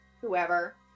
whoever